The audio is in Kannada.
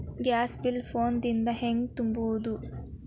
ಗ್ಯಾಸ್ ಬಿಲ್ ಫೋನ್ ದಿಂದ ಹ್ಯಾಂಗ ತುಂಬುವುದು?